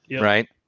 right